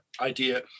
idea